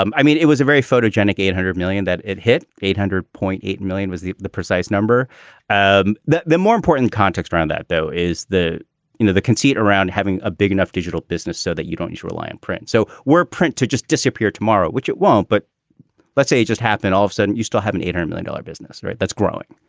um i mean, it was a very photogenic eight hundred million that it hit. eight hundred point eight million was the the precise number um that the more important context around that, though, is the you know the conceit around having a big enough digital business so that you don't just rely on print. so we're print to just disappear tomorrow, which it won't. but let's say just happen offset. and you still have an eight million dollar business. right. that's growing.